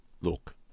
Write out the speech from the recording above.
Look